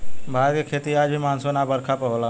भारत के खेती आज भी मानसून आ बरखा पर होला